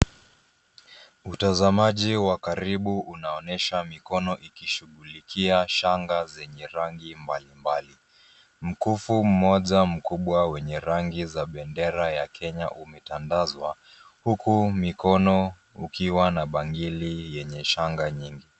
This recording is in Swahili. Utazamaji wa karibu unaonyesha mikono ikishughulikia shanga zenye rangi mbalimbali. Mkufu mmoja mkubwa wenye rangi za bendera ya Kenya umetandazwa, huku mikono ukiwa na bangili yenye shanga nyingi.